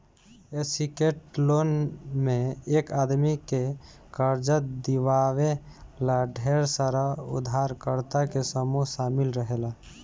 syndicate loan में एक आदमी के कर्जा दिवावे ला ढेर सारा उधारकर्ता के समूह शामिल रहेला